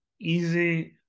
easy